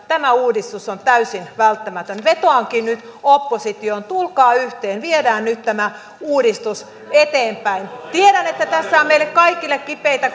tämä uudistus on täysin välttämätön vetoankin nyt oppositioon tulkaa yhteen viedään nyt tämä uudistus eteenpäin tiedän että tässä on meille kaikille kipeitä